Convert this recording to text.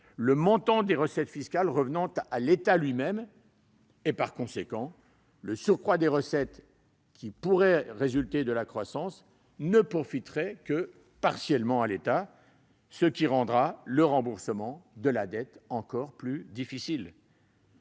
le montant des recettes fiscales revenant à l'État lui-même. Par conséquent, le surcroît des recettes qui résulterait de la croissance ne profiterait que partiellement à l'État, ce qui rendra le remboursement de la dette encore plus difficile.